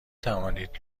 توانید